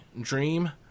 dream